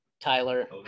Tyler